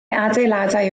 adeiladau